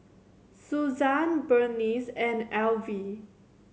Suzann Burnice and Alvie